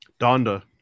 Donda